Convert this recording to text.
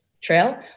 trail